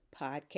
podcast